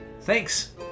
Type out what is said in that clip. Thanks